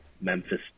Memphis